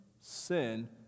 sin